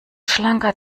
schlanker